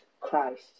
Christ